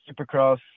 supercross